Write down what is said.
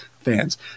fans